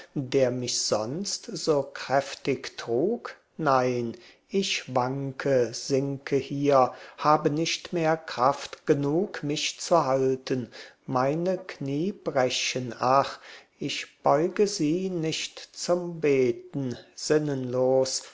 der mich sonst so kräftig trug nein ich wanke sinke hier habe nicht mehr kraft genug mich zu halten meine knie brechen ach ich beuge sie nicht zum beten sinnenlos